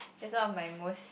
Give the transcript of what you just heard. that's one of my most